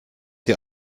die